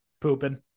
Pooping